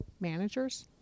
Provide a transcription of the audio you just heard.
managers